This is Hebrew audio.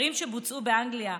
מחקרים שבוצעו באנגליה,